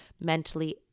mentally